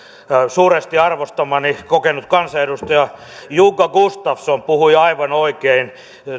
suuresti arvostamani kokenut kansanedustaja jukka gustafsson puhui aivan oikein